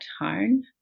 harn